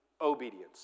obedience